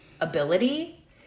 ability